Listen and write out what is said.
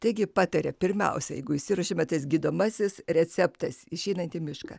taigi pataria pirmiausia jeigu išsiruošėme tas gydomasis receptas išeinant į mišką